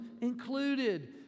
included